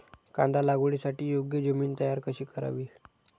कांदा लागवडीसाठी योग्य जमीन तयार कशी करावी?